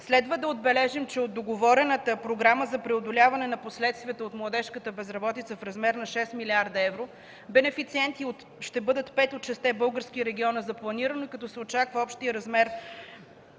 Следва да отбележим, че от договорената Програма за преодоляване на последствията от младежката безработица в размер на 6 млрд. евро бенефициенти ще бъдат 5 от 6-те български региона за планиране, като се очаква общият размер